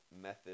method